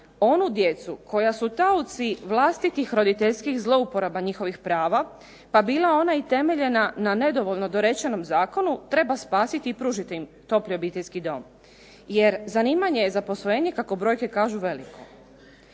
onu djecu koja su taoci vlastitih roditeljskih zlouporaba njihovih prava pa bila ona i temeljena na nedovoljno dorečenom zakonu treba spasiti i pružiti im topli obiteljski dom jer zanimanje je za posvojenje kako brojke kažu veliko.